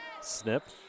Snip